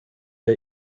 der